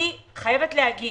אני חייבת להגיד